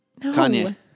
Kanye